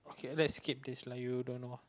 okay let's skip these like you don't know